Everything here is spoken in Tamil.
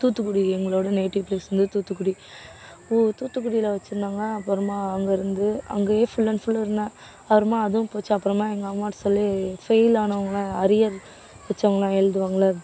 தூத்துக்குடி எங்களோட நேட்டிவ் பிளேஸ் வந்து தூத்துக்குடி தூத்துக்குடியில் வச்சுருந்தாங்க அப்புறமா அங்கேருந்து அங்கேயே ஃபுல் அண்ட் ஃபுல் இருந்தேன் அப்புறமா அதுவும் போச்சா அப்புறமா எங்கள் அம்மாகிட்ட சொல்லி ஃபெயில் ஆனவங்க அரியர் வெச்சவங்கள்லாம் எழுதுவாங்கல்ல